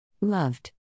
Loved